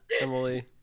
Emily